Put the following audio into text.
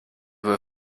were